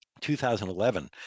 2011